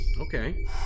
okay